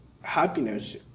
happiness